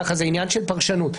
עניין של פרשנות.